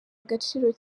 agaciro